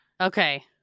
Okay